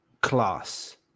class